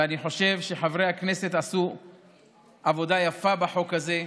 ואני חושב שחברי הכנסת עשו עבודה יפה בחוק הזה,